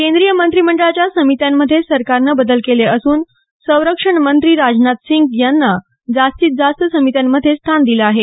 केंद्रिय मंत्रिमंडळाच्या समित्यांमधे सरकारनं बदल केले असून संरक्षण मंत्री राजनाथ सिंग यांना जास्तीत जास्त समित्यांमधे स्थान दिलं आहे